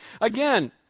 Again